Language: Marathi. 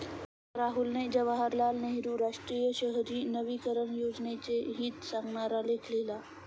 राहुलने जवाहरलाल नेहरू राष्ट्रीय शहरी नवीकरण योजनेचे हित सांगणारा लेख लिहिला